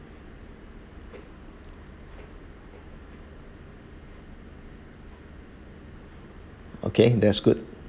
okay that's good